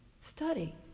study